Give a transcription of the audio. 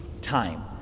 time